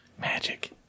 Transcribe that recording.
Magic